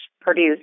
produce